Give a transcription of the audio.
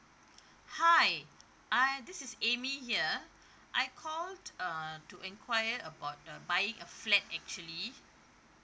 hi uh this is amy here I called uh to inquire about uh buying a flat actually